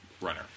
runner